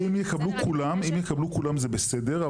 אם יקבלו כולם זה בסדר,